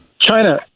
China